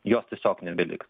jos tiesiog nebeliks